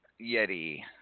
Yeti